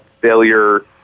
failure